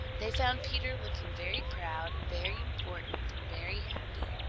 they found peter looking very proud, and very important, and very happy.